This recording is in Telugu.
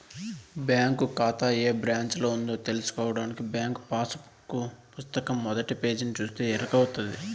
బ్యాంకు కాతా ఏ బ్రాంచిలో ఉందో తెల్సుకోడానికి బ్యాంకు పాసు పుస్తకం మొదటి పేజీని సూస్తే ఎరకవుతది